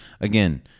Again